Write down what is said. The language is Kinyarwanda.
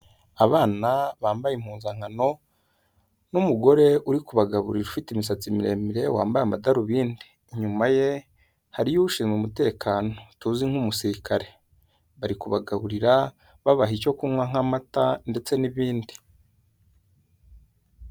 Abana bambaye impuzankano n'umugore uri kubagaburira ufite imisatsi miremire wambaye amadarubindi. Inyuma ye hariyo ushinzwe umutekano tuzi nk'umusirikare, bari kubagaburira babaha icyo kunywa nk'amata ndetse n'ibindi.